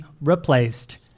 replaced